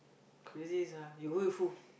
crazy sia you go with who